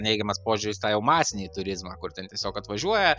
neigiamas požiūris į tai jau masinį turizmą kur ten tiesiog atvažiuoja